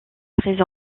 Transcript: présent